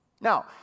Now